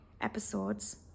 episodes